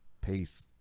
Peace